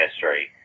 history